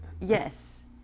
yes